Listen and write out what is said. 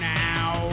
now